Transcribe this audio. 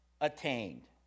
attained